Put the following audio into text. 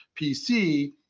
PC